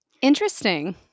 Interesting